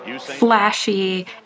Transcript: Flashy